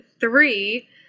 three